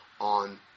on